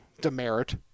demerit